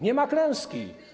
Nie ma klęski.